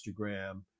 Instagram